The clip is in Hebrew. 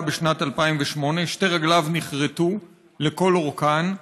בשנת 2008. שתי רגליו נכרתו לכל אורכן,